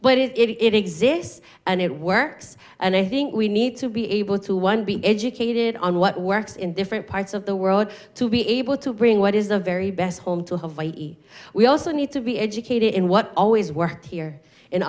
but it exists and it works and i think we need to be able to one be educated on what works in different parts of the world to be able to bring what is the very best home to have we also need to be educated in what always work here